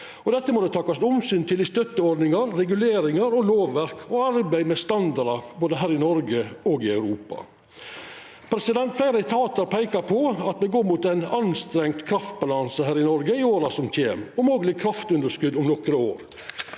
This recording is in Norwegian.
Dette må det takast omsyn til i støtteordningar, reguleringar, lovverk og arbeid med standardar, både her i Noreg og i Europa. Fleire etatar peikar på at me går mot ein meir anstrengd kraftbalanse her i Noreg i åra som kjem, og mogleg kraftunderskot om nokre år.